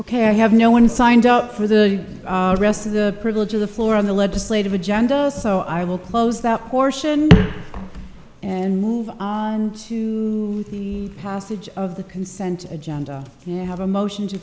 ok i have no one signed up for the rest of the privilege of the floor on the legislative agenda so i will close that portion and move on to the passage of the consent agenda have a motion